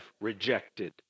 rejected